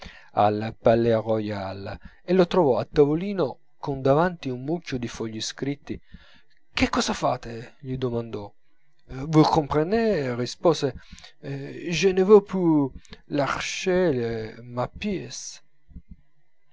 rose al palais royal e lo trovò a tavolino con davanti un mucchio di fogli scritti che cosa fate gli domandò vous comprenez rispose je ne veux pus lcher ma pièce